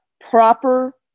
proper